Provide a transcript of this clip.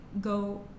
go